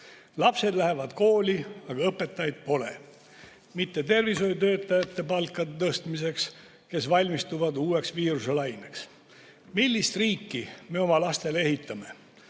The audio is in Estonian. Lapsed lähevad kooli, aga õpetajaid pole. Mitte tervishoiutöötajate palkade tõstmiseks, kes valmistuvad uueks viiruselaineks. Millist riiki me oma lastele ehitame?